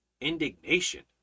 indignation